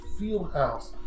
Fieldhouse